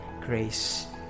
grace